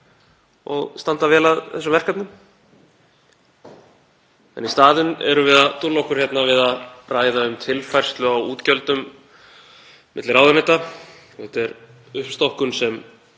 og standa vel að þessum verkefnum. En í staðinn erum við að dúlla okkur hérna við að ræða um tilfærslu á útgjöldum milli ráðuneyta. Þetta er uppstokkun sem